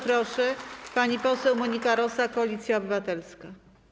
Proszę, pani poseł Monika Rosa, Koalicja Obywatelska.